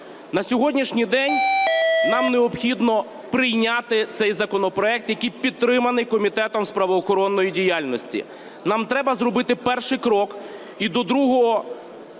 На сьогоднішній день нам необхідно прийняти цей законопроект, який підтриманий Комітетом з правоохоронної діяльності. Нам треба зробити перший крок і до другого